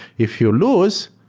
if you lose,